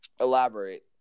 Elaborate